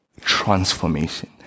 Transformation